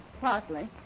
Partly